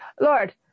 Lord